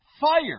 Fire